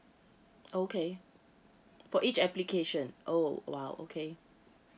okay for each application oh !wow! okay